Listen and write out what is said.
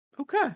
okay